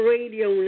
Radio